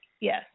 yes